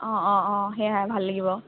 অঁ অঁ অঁ সেয়াই ভাল লাগিব